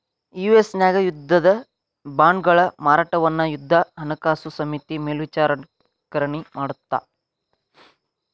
US ನ್ಯಾಗ ಯುದ್ಧದ ಬಾಂಡ್ಗಳ ಮಾರಾಟವನ್ನ ಯುದ್ಧ ಹಣಕಾಸು ಸಮಿತಿ ಮೇಲ್ವಿಚಾರಣಿ ಮಾಡತ್ತ